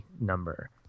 number